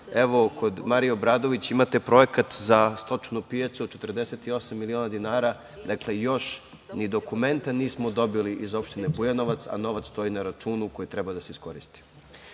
evo, kod Marije Obradović imate projekat za stočnu pijacu od 48 miliona dinara, još ni dokumenta nismo dobili iz opštine Bujanovac, a novac stoji na računu koji treba da se iskoristi. Recimo,